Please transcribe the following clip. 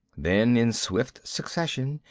then, in swift succession,